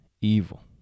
evil